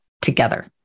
together